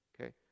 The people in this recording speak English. Okay